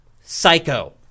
psycho